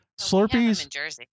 Slurpees